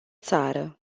țară